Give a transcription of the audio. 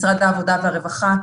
משרד העבודה והרווחה,